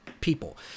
people